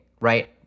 right